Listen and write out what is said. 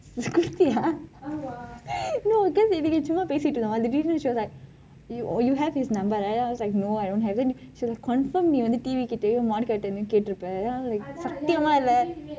கொடுத்தீயா:koduthiya no that is because சும்மா பேசிக் கொண்டிருந்தோம் அந்த:summa pesi kondirunthom antha day she was like you have his number right I was like no I don't have then she was like confirm theevi கிட்டேயும்:kitteiyum manickam கிட்டேயும் கேட்டிருப்பேன்:kitteiym ketirupaen I was like சத்தியமாக இல்லை:satthamaka illai